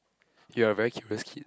you're a very curious kid